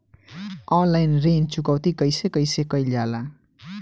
Online ऋण चुकौती कइसे कइसे कइल जाला?